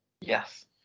Yes